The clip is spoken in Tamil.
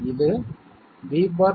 இது b'